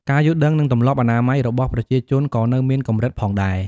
ការយល់ដឹង និងទម្លាប់អនាម័យ របស់ប្រជាជនក៏នៅមានកម្រិតផងដែរ។